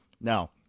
Now